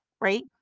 right